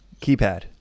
keypad